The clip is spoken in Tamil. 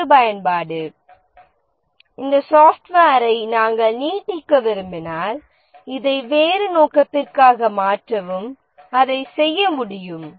மறுபயன்பாடு இந்த சாப்ட்வேரை நாம் நீட்டிக்க விரும்பினால் இதை வேறு நோக்கத்திற்காக மாற்றவும் அதை செய்ய முடியும்